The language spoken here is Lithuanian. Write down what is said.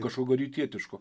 kažkokio rytietiško